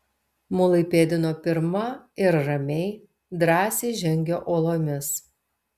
mulai pėdino pirma ir ramiai drąsiai žengė uolomis